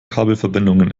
kabelverbindungen